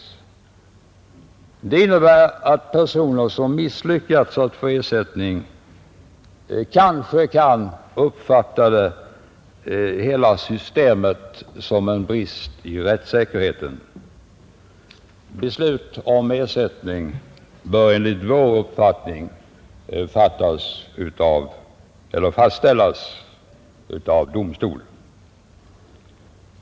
Detta innebär att personer som inte lyckas få ersättning kanske uppfattar hela systemet som en brist i rättssäkerheten. Beslut om ersättning bör enligt vår uppfattning fastställas av domstol.